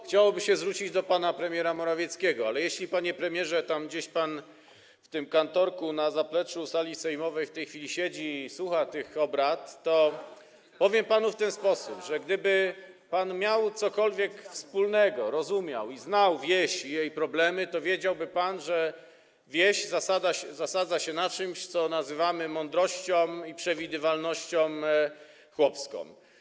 Chciałoby się zwrócić do pana premiera Morawieckiego, ale jeśli, panie premierze, pan gdzieś tam w kantorku na zapleczu sali sejmowej w tej chwili siedzi i słucha obrad, to powiem panu w ten sposób, że gdyby pan miał cokolwiek wspólnego, rozumiał i znał wieś i jej problemy, to wiedziałby pan, że wieś zasadza się na czymś, co nazywamy mądrością i przewidywalnością chłopską.